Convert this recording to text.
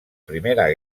primera